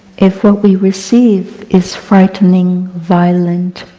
if what we receive is frightening, violent,